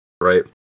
right